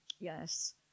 Yes